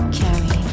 carry